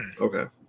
Okay